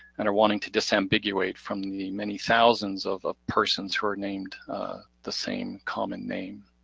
and are wanted to disambiguate from the many thousands of of persons who are named the same common name.